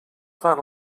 fan